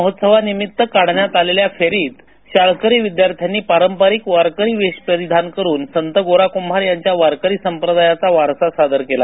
महोत्सवानिमित्त काढण्यात आलेल्या फेरीत शाळकरी विद्यार्थ्यांनी पारपारिक वारकरी वेश परिधान करून संत गोरा कुभार यांच्या वारकरी संप्रदायाचा वारसा सादर केला